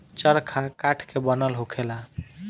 चरखा काठ के बनल होखेला